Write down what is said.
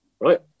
right